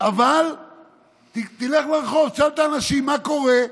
אבל תלך לרחוב, תשאל את האנשים מה קורה,